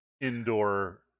indoor